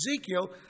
Ezekiel